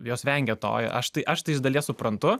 jos vengia to aš tai aš tai iš dalies suprantu